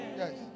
yes